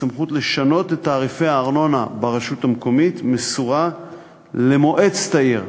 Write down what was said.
הסמכות לשנות את תעריפי הארנונה ברשות המקומית מסורה למועצת העיר.